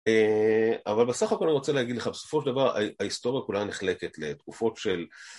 אבל בסך הכל אני רוצה להגיד לך, בסופו של דבר ההיסטוריה כולה נחלקת לתקופות של...